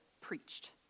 preached